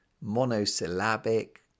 monosyllabic